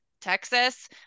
Texas